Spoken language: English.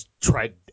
tried